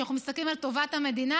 כשאנחנו מסתכלים על טובת המדינה,